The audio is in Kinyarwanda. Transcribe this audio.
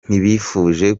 ntibifuje